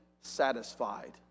satisfied